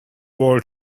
wall